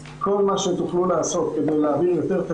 אפשר יהיה למנוע הרבה מאוד בעיות.